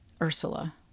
Ursula